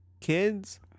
Kids